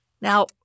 Now